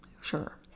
sure